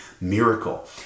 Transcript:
miracle